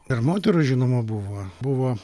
ir moterų žinoma buvo buvo